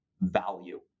value